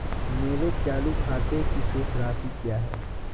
मेरे चालू खाते की शेष राशि क्या है?